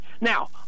Now